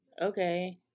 Okay